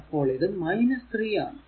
അപ്പോൾ ഇത് ആണ്